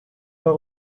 pas